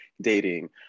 dating